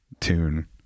tune